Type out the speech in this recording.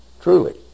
Truly